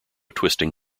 twisting